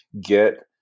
get